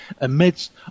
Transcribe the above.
amidst